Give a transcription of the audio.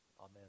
Amen